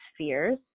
spheres